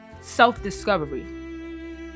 self-discovery